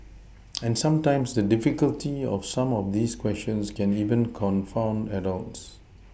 and sometimes the difficulty of some of these questions can even confound adults